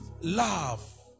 love